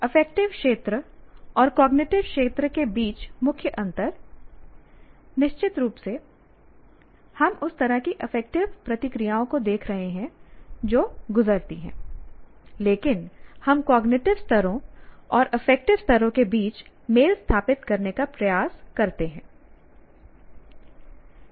affective क्षेत्र और cognitive क्षेत्र के बीच मुख्य अंतर निश्चित रूप से हम उस तरह की अफेक्टिव प्रक्रियाओं को देख रहे हैं जो गुजरती हैं लेकिन हम कॉग्निटिव स्तरों और अफेक्टिव स्तरों के बीच मेल स्थापित करने का प्रयास करते हैं